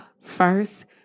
first